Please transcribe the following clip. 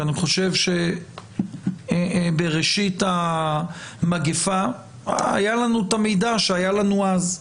כי אני חושב שבראשית המגפה היה לנו את המידע שהיה לנו אז.